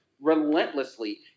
relentlessly